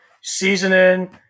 seasoning